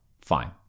fine